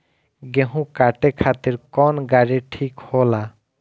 गेहूं काटे खातिर कौन गाड़ी ठीक होला?